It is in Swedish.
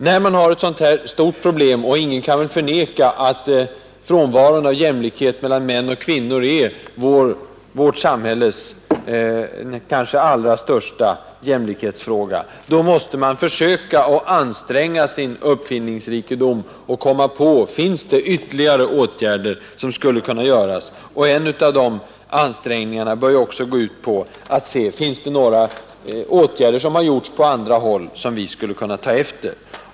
När det gäller en sådan viktig fråga — och ingen kan väl förneka att bristen på jämlikhet mellan män och kvinnor är en av vårt samhälles största jämlikhetsfrågor — måste man försöka använda sin uppfinningsrikedom och undersöka om det finns ytterligare åtgärder. Man måste också undersöka om det har gjorts något på andra håll som vi skulle kunna ta efter.